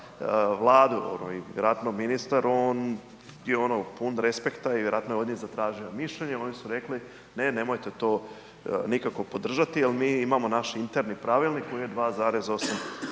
Vladu, vjerojatno ministar, on je pun respekta i vjerojatno je ovdje zatražio mišljenje, oni su rekli, ne nemojte to nikako podržati jer mi imamo naš interni pravilnik koji je 2,8%